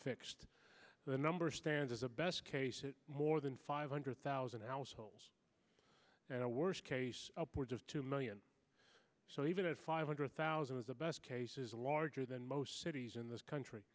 fixed the number stands as a best case more than five hundred thousand households and a worst case upwards of two million so even a five hundred thousand is a best case is larger than most cities in this country